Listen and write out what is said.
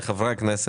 הכנסת,